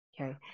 Okay